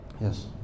Yes